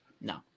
No